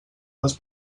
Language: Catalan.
les